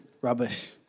rubbish